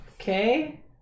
okay